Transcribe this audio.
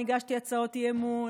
הגשתי הצעות אי-אמון,